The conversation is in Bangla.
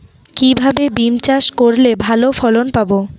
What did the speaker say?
কিভাবে বিম চাষ করলে ভালো ফলন পাব?